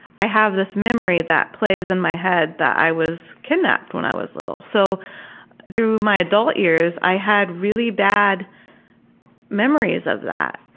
i have this memory that plays in my head that i was kidnapped when i was little. so through my adult years i had many bad memories of that.